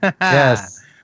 Yes